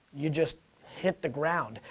you just hit the ground,